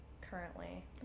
currently